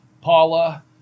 Paula